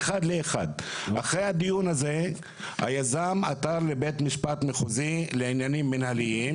אחרי הדיון היזם עתר לבית המשפט המחוזי לעניינים מינהליים,